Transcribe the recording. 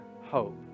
hope